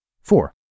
Four